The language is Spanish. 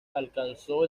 alcanzó